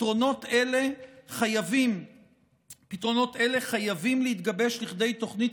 פתרונות אלה חייבים להתגבש לכדי תוכנית